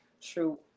true